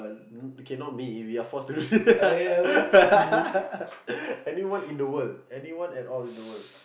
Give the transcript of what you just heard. okay not me you are forced to anyone in the world anyone at all in the world